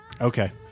Okay